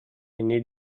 need